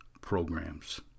programs